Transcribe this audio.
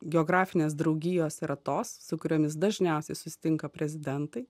geografinės draugijos yra tos su kuriomis dažniausiai susitinka prezidentai